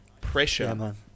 pressure